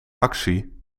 actie